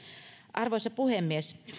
arvoisa puhemies